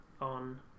on